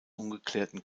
ungeklärten